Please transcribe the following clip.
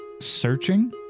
searching